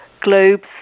globes